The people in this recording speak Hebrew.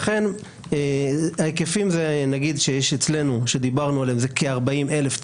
לכן ההיקפים שיש אצלנו זה כ-40 אלף תיקים,